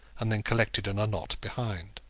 and then collected in a knot behind.